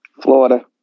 Florida